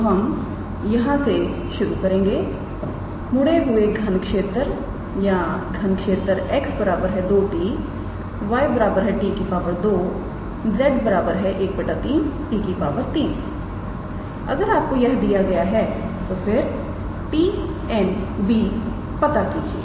तो हम यहां से शुरू करेंगे मूडे हुए घनक्षेत्र या घनक्षेत्र 𝑥 2𝑡 𝑦 𝑡 2 𝑧 1 3 𝑡 3 अगर आपको यह दिया गया है तो फिर 𝑡̂ 𝑛̂ 𝑏̂ पता कीजिए